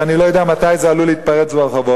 שאני לא יודע מתי זה עלול להתפרץ ברחובות.